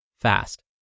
fast